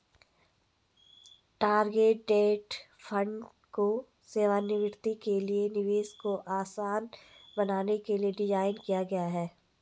target date fund को सेवानिवृत्ति के लिए निवेश को आसान बनाने के लिए डिज़ाइन किया गया है